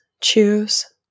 choose